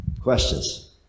Questions